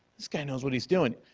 this guy knows what he's doing.